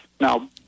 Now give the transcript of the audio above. Now